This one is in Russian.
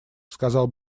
сказал